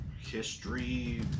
history